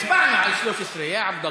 6) התקבלה בקריאה ראשונה, והיא עוברת